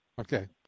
Okay